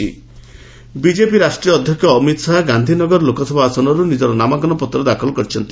goose Amit Shah BJP ରାଷ୍ଟ୍ରୀୟ ଅଧ୍ୟକ୍ଷ ଅମିତ ଶାହା ଗାନ୍ଧିନଗର ଲୋକସଭା ଆସନରୁ ନିଜର ନାମାଙ୍କନପତ୍ର ଦାଖଲ କରିଛନ୍ତି